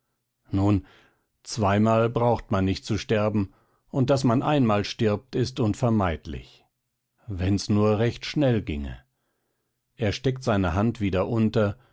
nun zweimal braucht man nicht zu sterben und daß man einmal stirbt ist unvermeidlich wenn's nur recht schnell ginge er steckt seine hand wieder unter